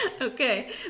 Okay